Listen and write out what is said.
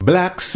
Black